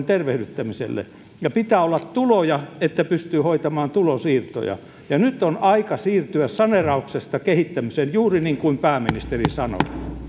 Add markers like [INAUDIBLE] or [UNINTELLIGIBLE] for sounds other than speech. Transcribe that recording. [UNINTELLIGIBLE] tervehdyttämiselle pitää olla tuloja että pystyy hoitamaan tulonsiirtoja nyt on aika siirtyä saneerauksesta kehittämiseen juuri niin kuin pääministeri sanoi